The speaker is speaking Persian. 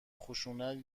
خشونت